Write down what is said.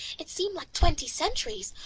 it seemed like twenty centuries.